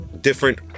different